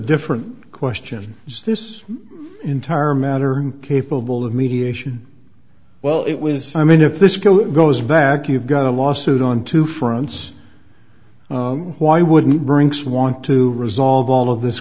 different question is this entire matter capable of mediation well it was i mean if this goes back you've got a lawsuit on two fronts why wouldn't brinks want to resolve all of this